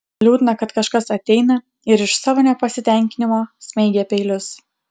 liūdna kad kažkas ateina ir iš savo nepasitenkinimo smeigia peilius